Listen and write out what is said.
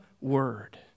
word